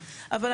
15.12.22,